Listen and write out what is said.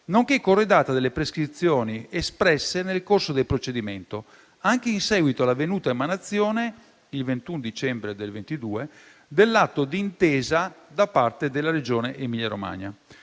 nonché corredata delle prescrizioni espresse nel corso del procedimento, anche in seguito all'avvenuta emanazione, il 21 dicembre 2022, dell'atto d'intesa da parte della Regione Emilia-Romagna.